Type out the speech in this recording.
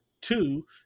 two